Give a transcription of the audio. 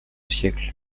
siècle